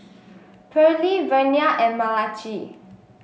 Pearley Vernia and Malachi